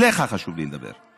אליך חשוב לי לדבר.